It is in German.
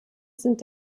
sind